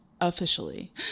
officially